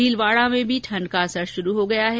भीलवाड़ा में भी ठण्ड का असर शुरू हो गया है